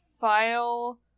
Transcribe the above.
file